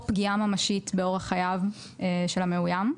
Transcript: פגיעה ממשית באורח חייו של המאוים"?.